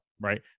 right